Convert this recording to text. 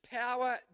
power